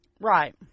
Right